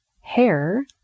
hair